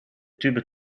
tube